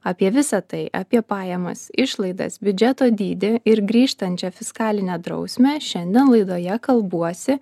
apie visa tai apie pajamas išlaidas biudžeto dydį ir grįžtančią fiskalinę drausmę šiandien laidoje kalbuosi